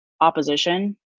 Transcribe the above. opposition